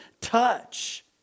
touch